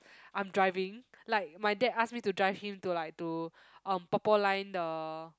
I'm driving like my dad ask me to drive him to like to um purple line the